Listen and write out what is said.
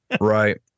Right